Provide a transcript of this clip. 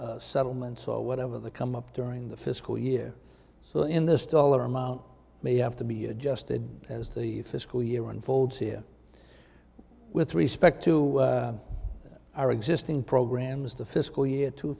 for settlements or whatever the come up during the fiscal year so in this dollar amount may have to be adjusted as the fiscal year unfolds here with respect to our existing programs the fiscal year two